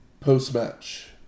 Post-match